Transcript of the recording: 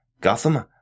Gotham